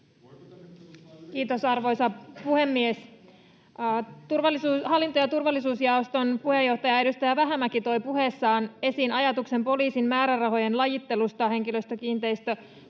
Kiitos, arvoisa puhemies! Hallinto- ja turvallisuusjaoston puheenjohtaja, edustaja Vähämäki toi puheessaan esiin ajatuksen poliisin määrärahojen lajittelusta henkilöstö-, kiinteistö-,